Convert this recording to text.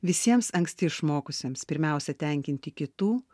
visiems anksti išmokusiems pirmiausia tenkinti kitų